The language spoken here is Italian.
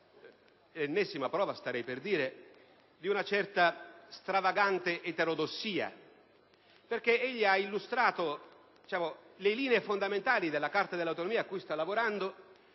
fa ha dato prova - l'ennesima - di una certa, stravagante, eterodossia, perché egli ha illustrato le linee fondamentali della Carta delle autonomie a cui sta lavorando